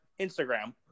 Instagram